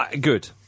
Good